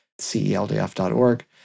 celdf.org